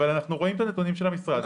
אבל אנחנו רואים את הנתונים של המשרד,